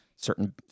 certain